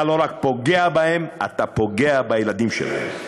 אתה לא רק פוגע בהם, אתה פוגע בילדים שלהם.